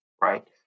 right